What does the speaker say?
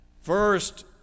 First